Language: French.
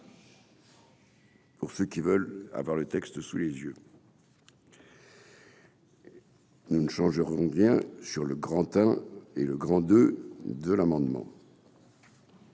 Pour ceux qui veulent avoir le texte sous les yeux. Nous ne changerons bien sûr le grand hein et le grand de de l'amendement.